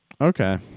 Okay